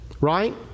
Right